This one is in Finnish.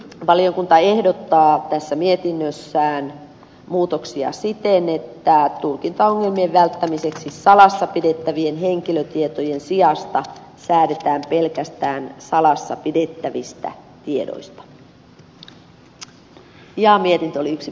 valiokunta ehdottaa tässä mietinnössään muutoksia siten että tulkintaongelmien välttämiseksi salassa pidettävien henkilötietojen sijasta säädetään pelkästään salassa pidettävistä tiedoista ja mietintö oli yksimielinen